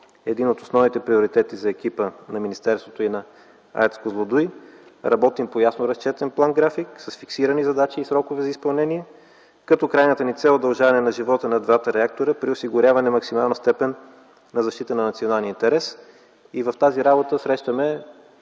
един от основните приоритети за екипа на министерството и на АЕЦ „Козлодуй”, работим по ясно разчетен план-график с фиксирани задачи и срокове за изпълнение, като крайната ни цел е удължаване на живота на двата реактора при осигуряване на максимална степен на защита на националния интерес. В тази работа срещаме